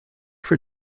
for